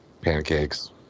pancakes